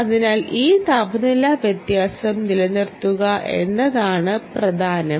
അതിനാൽ ഈ താപനില വ്യത്യാസം നിലനിർത്തുക എന്നതാണ് പ്രധാനം